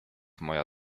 moja